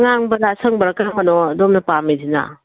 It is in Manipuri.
ꯑꯉꯥꯡꯕꯔꯥ ꯑꯁꯪꯕꯔꯥ ꯀꯔꯝꯕꯅꯣ ꯑꯗꯣꯝꯅ ꯄꯥꯝꯃꯤꯁꯤꯅ